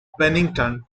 pennington